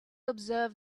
observe